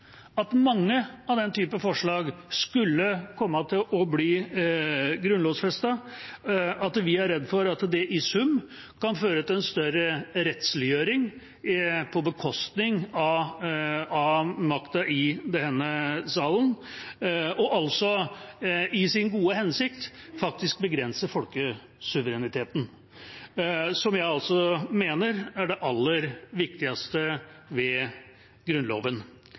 mange av den type forslag skulle komme til å bli grunnlovfestet, at vi er redd for at det i sum kan føre til en større rettsliggjøring på bekostning av makten i denne salen, og i sin gode hensikt faktisk begrense folkesuvereniteten, som jeg mener er det aller viktigste ved Grunnloven.